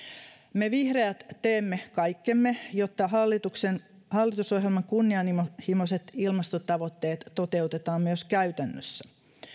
me vihreät teemme kaikkemme jotta hallitusohjelman kunnianhimoiset ilmastotavoitteet toteutetaan myös käytännössä